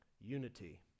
unity